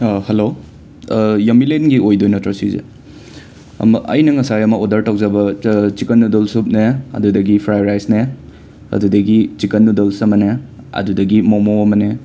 hello ꯌꯥꯝꯕꯤꯂꯦꯟꯒꯤ ꯑꯣꯏꯗꯣꯏ ꯅꯠꯇ꯭ꯔꯣ ꯁꯤꯖꯦ ꯑꯃ ꯑꯩꯅ ꯉꯁꯥꯏ ꯑꯃ ꯑꯣꯗꯔ ꯇꯧꯖꯕ ꯆꯤꯛꯀꯟ ꯅꯨꯗꯜꯁ ꯁꯨꯞꯅꯦ ꯑꯗꯨꯗꯒꯤ ꯐ꯭ꯔꯥꯏ ꯔꯥꯏꯁꯅꯦ ꯑꯗꯨꯗꯒꯤ ꯆꯤꯛꯀꯟ ꯅꯨꯗꯜꯁ ꯑꯃꯅꯦ ꯑꯗꯨꯗꯒꯤ ꯃꯣꯃꯣ ꯑꯃꯅꯦ